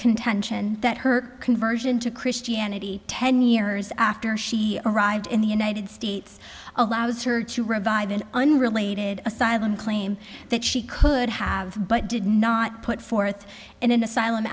contention that her conversion to christianity ten years after she arrived in the united states allows her to revive an unrelated asylum claim that she could have but did not put forth in an a